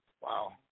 wow